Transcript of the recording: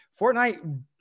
Fortnite